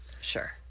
Sure